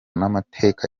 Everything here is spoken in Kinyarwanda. n’amateka